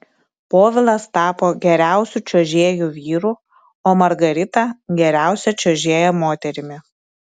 povilas tapo geriausiu čiuožėju vyru o margarita geriausia čiuožėja moterimi